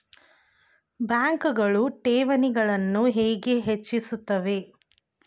ಬ್ಯಾಂಕುಗಳು ಠೇವಣಿಗಳನ್ನು ಹೇಗೆ ಹೆಚ್ಚಿಸುತ್ತವೆ?